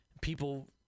People